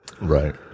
right